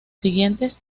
siguientes